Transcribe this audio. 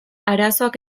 arazoak